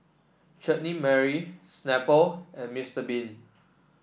Chutney Mary Snapple and Mr Bean